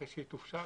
אחרי שהיא תופשר,